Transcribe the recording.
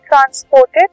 transported